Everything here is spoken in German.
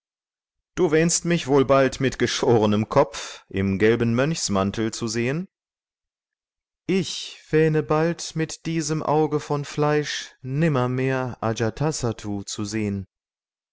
du wähnst mich wohl bald mit geschorenem kopf im gelben mönchsmantel zu sehen ich wähne bald mit diesem auge von fleisch nimmermehr ajatasattu zu sehen